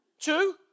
Two